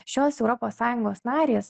šios europos sąjungos narės